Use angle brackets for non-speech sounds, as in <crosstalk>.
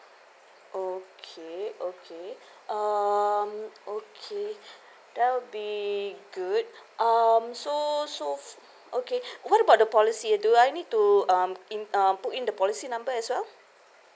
okay okay <breath> um okay <breath> that would be good um so so f~ okay <breath> what about the policy do I need to um in uh put in the policy number as well